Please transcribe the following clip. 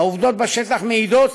העובדות בשטח מעידות